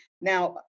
Now